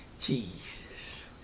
Jesus